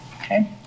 Okay